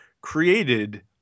created